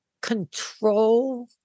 control